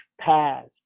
past